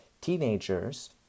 teenagers